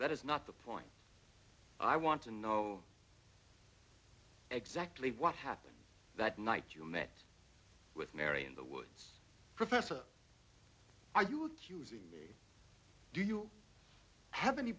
that is not the point i want to know exactly what happened that night you met with mary in the woods professor are you accusing do you have any